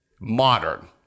modern